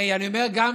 הרי אני אומר: גם